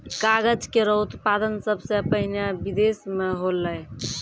कागज केरो उत्पादन सबसें पहिने बिदेस म होलै